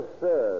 sir